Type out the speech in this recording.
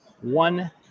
one